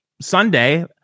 Sunday